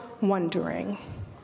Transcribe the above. wondering